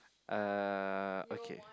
uh okay